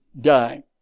die